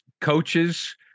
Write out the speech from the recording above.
coaches